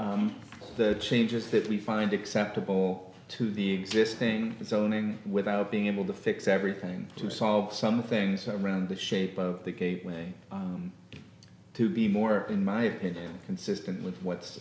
make the changes that we find acceptable to the existing zoning without being able to fix everything to solve some things around the shape of the cape way to be more in my opinion consistent with what's